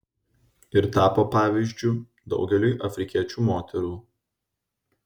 ir tapo pavyzdžiu daugeliui afrikiečių moterų